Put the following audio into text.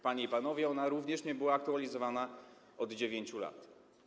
Panie i panowie, ona również nie była aktualizowana od 9 lat.